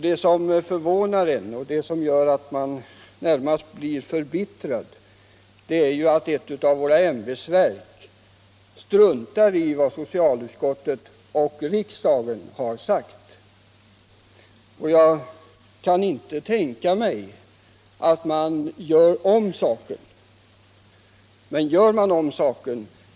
Det som förvånar en och gör en närmast förbittrad är att ett av våra ämbetsverk struntat i vad socialutskottet och riksdagen har sagt. Jag kan inte tänka mig att man gör om den saken.